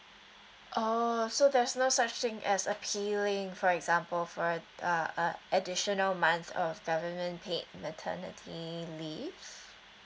oh so there's no such thing as appealing for example for uh uh additional month uh government paid maternity leave